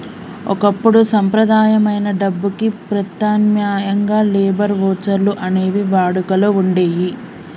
ఒకప్పుడు సంప్రదాయమైన డబ్బుకి ప్రత్యామ్నాయంగా లేబర్ వోచర్లు అనేవి వాడుకలో వుండేయ్యి